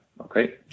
Okay